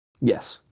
yes